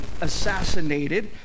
assassinated